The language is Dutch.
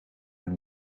een